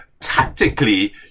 tactically